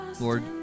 Lord